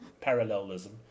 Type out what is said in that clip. parallelism